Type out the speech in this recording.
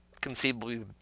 conceivably